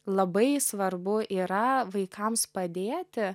labai svarbu yra vaikams padėti